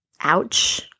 ouch